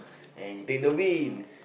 and take the wind